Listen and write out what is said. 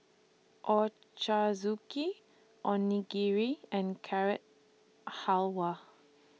Ochazuke Onigiri and Carrot Halwa